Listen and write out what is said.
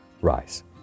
Rise